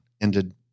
ended